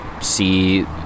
see